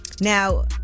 now